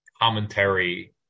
commentary